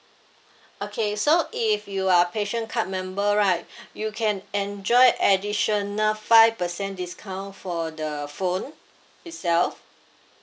okay so if you are a passion card member right you can enjoy additional five percent discount for the phone itself